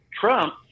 Trump